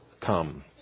come